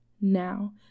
now